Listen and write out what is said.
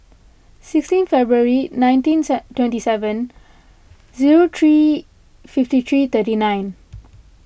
sixteen February nineteen twenty seven zero three fifty three thirty nine